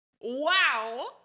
wow